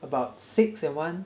about six and one